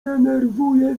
denerwuje